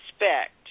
respect